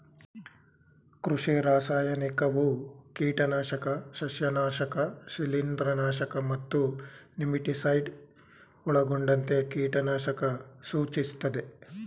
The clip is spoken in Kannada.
ಕೃಷಿ ರಾಸಾಯನಿಕವು ಕೀಟನಾಶಕ ಸಸ್ಯನಾಶಕ ಶಿಲೀಂಧ್ರನಾಶಕ ಮತ್ತು ನೆಮಟಿಸೈಡ್ ಒಳಗೊಂಡಂತೆ ಕೀಟನಾಶಕ ಸೂಚಿಸ್ತದೆ